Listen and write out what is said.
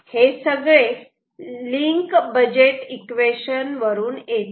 हे सगळे link budget equation वरून येते